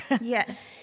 yes